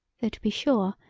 though, to be sure,